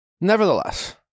Nevertheless